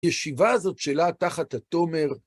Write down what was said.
ישיבה הזאת שלה תחת התומר.